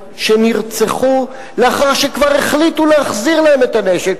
שנרצחו לאחר שכבר החליטו להחזיר להם את הנשק,